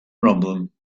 problem